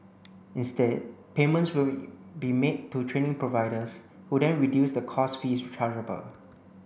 instead payments will be made to training providers who then reduce the course fees chargeable